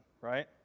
right